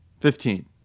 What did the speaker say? Fifteen